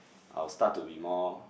I'll start to be more